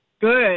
good